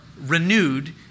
renewed